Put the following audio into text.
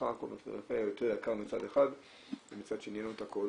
בסך הכול בפריפריה יותר יקר מצד אחד ומצד שני אין לו את הכול,